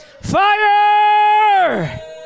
Fire